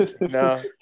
No